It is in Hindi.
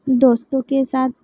दोस्तों के साथ